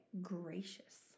gracious